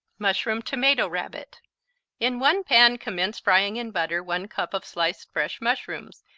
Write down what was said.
mushroom-tomato rabbit in one pan commence frying in butter one cup of sliced fresh mushrooms,